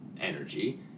energy